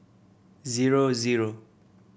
zero zero